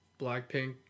blackpink